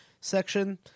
section